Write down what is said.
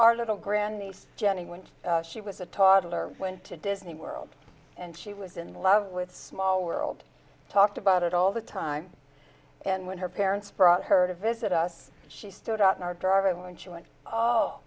our little grand niece jenny went she was a toddler went to disney world and she was in love with small world talked about it all the time and when her parents brought her to visit us she stood out in our garden when she went oh